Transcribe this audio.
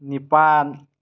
ꯅꯤꯄꯥꯟ